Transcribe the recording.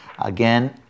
Again